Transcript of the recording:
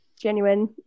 Genuine